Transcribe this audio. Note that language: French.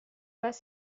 pas